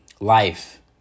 life